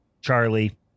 Charlie